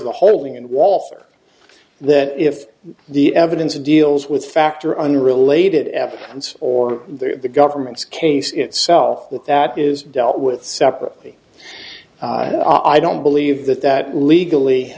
the holding and walther that if the evidence deals with fact or unrelated evidence or the government's case itself that that is dealt with separately i don't believe that that legally